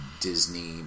Disney